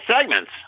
segments